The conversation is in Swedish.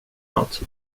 något